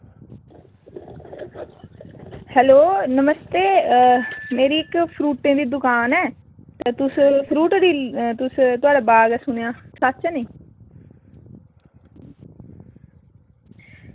hello नमस्ते मेरी इक्क फ्रूटें दी दुकान ऐ ते तुस फ्रूटें दी थुआढ़ा इक्क बाग ऐ सुनेआ सच्च ऐ नी